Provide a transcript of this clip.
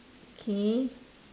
okay